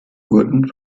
wurden